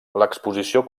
l’exposició